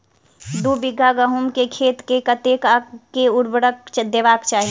दु बीघा गहूम केँ खेत मे कतेक आ केँ उर्वरक देबाक चाहि?